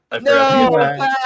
No